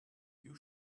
you